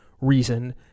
reason